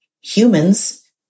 humans